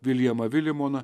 viljamą vilimoną